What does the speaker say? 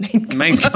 main